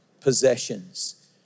possessions